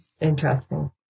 Interesting